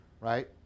right